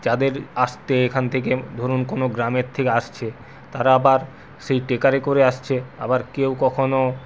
যাদের আসতে এখান থেকে ধরুন কোনও গ্রামের থেকে আসছে তারা আবার সেই ট্রেকারে করে আসছে আবার কেউ কখনও